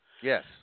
Yes